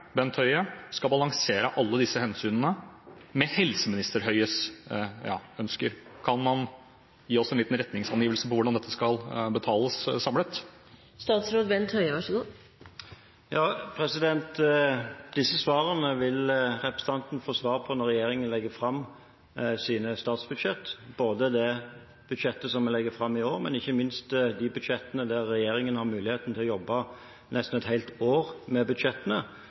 Bent Høie, skal balansere alle disse hensynene med helseminister Høies ønsker. Kan han gi oss en liten retningsangivelse på hvordan dette skal betales samlet? Disse spørsmålene vil representanten få svar på når regjeringen legger fram sine statsbudsjett, både det budsjettet som vi legger fram i år, og ikke minst de budsjettene som regjeringen har muligheten til å jobbe nesten et helt år med,